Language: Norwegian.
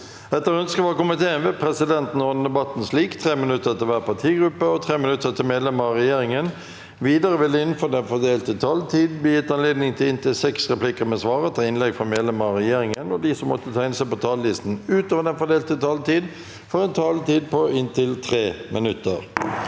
forvaltningskomiteen vil presidenten ordne debatten slik: 3 minutter til hver partigruppe og 3 minutter til medlemmer av regjeringen. Videre vil det – innenfor den fordelte taletid – bli gitt anledning til inntil fem replikker med svar etter innlegg fra medlemmer av regjeringen, og de som måtte tegne seg på talerlisten utover den fordelte taletid, får også en taletid på inntil 3 minutter.